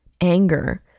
anger